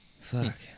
Fuck